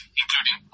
including